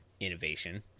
Innovation